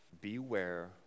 Beware